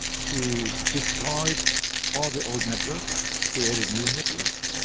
she destroyed all the old networks, created new networks,